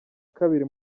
kabiri